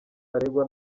aregwa